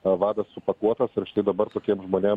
o vadas supakuotas ir štai dabar tokiem žmonėm